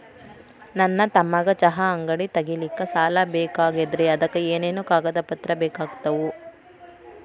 ನನ್ನ ತಮ್ಮಗ ಚಹಾ ಅಂಗಡಿ ತಗಿಲಿಕ್ಕೆ ಸಾಲ ಬೇಕಾಗೆದ್ರಿ ಅದಕ ಏನೇನು ಕಾಗದ ಪತ್ರ ಬೇಕಾಗ್ತವು?